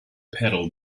pedal